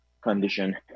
condition